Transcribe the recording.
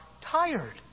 tired